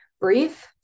Brief